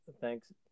Thanks